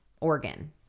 organ